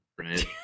right